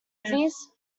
movies